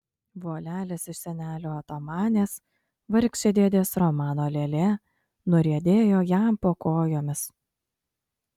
volelis iš senelio otomanės vargšė dėdės romano lėlė nuriedėjo jam po kojomis